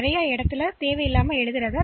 எனவே மீண்டும் நான் இந்த வழக்கத்தை அழைக்கிறேன்